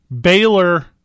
Baylor